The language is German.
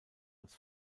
als